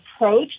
approach